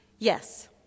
Yes